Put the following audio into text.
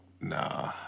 Nah